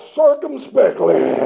circumspectly